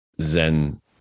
Zen